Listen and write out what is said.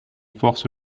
force